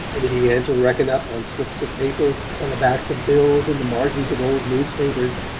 and he began to reckon up, on slips of paper, on the backs of bills and the margins of old newspapers,